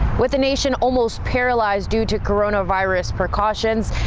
with the nation almost paralyzed due to coronavirus precautions.